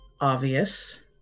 obvious